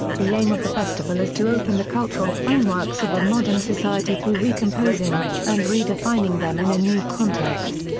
the aim of the festival is to open the cultural frameworks of a modern society through recomposing and redefining them in a new context.